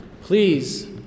please